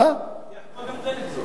הוא מבטיח קודם דלק זול.